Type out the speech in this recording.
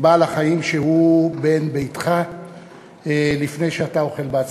בעל-החיים שהוא בן ביתך לפני שאתה אוכל בעצמך.